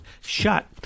shut